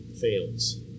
fails